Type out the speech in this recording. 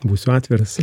būsiu atviras